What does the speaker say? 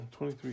23